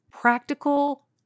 practical